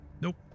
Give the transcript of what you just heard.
Nope